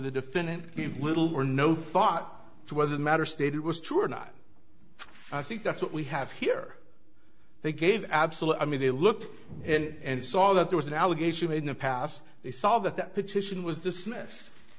the defendant gave little or no thought to whether the matter stated was true or not i think that's what we have here they gave absolute i mean they looked and saw that there was an allegation in the past they saw that that petition was dismissed